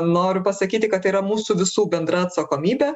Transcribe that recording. noriu pasakyti kad tai yra mūsų visų bendra atsakomybė